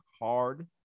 hard